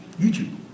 YouTube